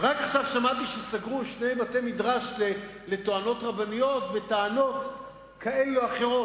רק עכשיו שמעתי שסגרו שני בתי-מדרש לטוענות רבניות בטענות כאלה ואחרות,